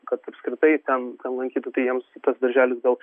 kad apskritai ten ten lankytų tai jiems tas darželis gal